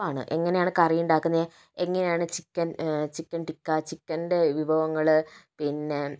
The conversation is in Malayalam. എളുപ്പമാണ് എങ്ങനെയാണ് കറിയുണ്ടാക്കുന്നത് എങ്ങനെയാണ് ചിക്കൻ ചിക്കൻ ടിക്കാ ചിക്കൻ്റെ വിഭവങ്ങള് പിന്നെ